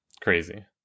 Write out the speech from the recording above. crazy